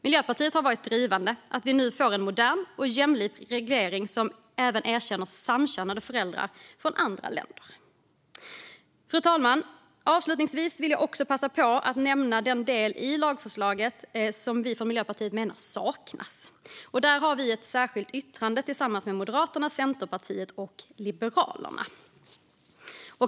Miljöpartiet har varit drivande för att vi nu får en modern och jämlik reglering som även erkänner samkönade föräldrar från andra länder. Fru talman! Avslutningsvis vill jag också passa på att nämna den del i lagförslaget som vi från Miljöpartiet menar saknas. Där har vi ett särskilt yttrande tillsammans med Moderaterna, Centerpartiet och Liberalerna.